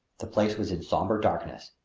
the place was in somber darkness.